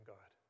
God